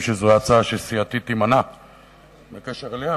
כי זו הצעה שסיעתי תימנע בקשר אליה,